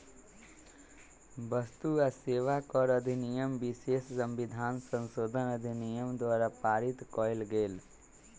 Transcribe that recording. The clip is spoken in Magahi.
वस्तु आ सेवा कर अधिनियम विशेष संविधान संशोधन अधिनियम द्वारा पारित कएल गेल